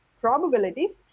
probabilities